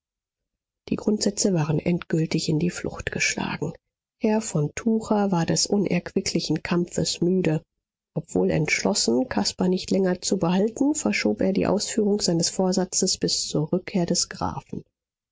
die grundsätze waren endgültig in die flucht geschlagen herr von tucher war des unerquicklichen kampfes müde obwohl entschlossen caspar nicht länger zu behalten verschob er die ausführung seines vorsatzes bis zur rückkehr des grafen